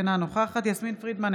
אינה נוכחת יסמין פרידמן,